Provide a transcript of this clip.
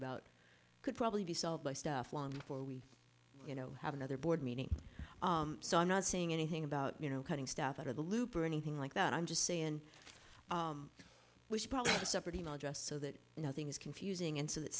about could probably be solved by stuff long before we you know have another board meeting so i'm not saying anything about you know cutting stuff out of the loop or anything like that i'm just saying we should probably separate e mail address so that nothing is confusing and so that